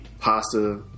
Pasta